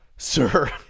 Sir